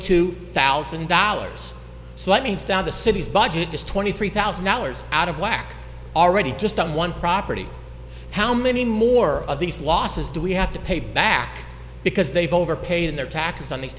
two thousand dollars slight means down the city's budget is twenty three thousand dollars out of whack already just on one property how many more of these losses do we have to pay back because they've overpaid in their taxes on the